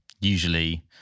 usually